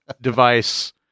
device